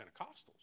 Pentecostals